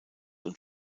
und